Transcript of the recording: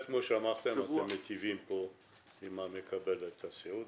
כמו שאמרת אנחנו מיטיבים פה עם מקבל הסיעוד.